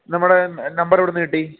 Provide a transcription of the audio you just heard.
നമ്മുടെ നമ്പറെവിടുന്ന് കിട്ടി